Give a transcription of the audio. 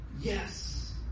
yes